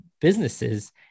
businesses